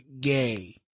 gay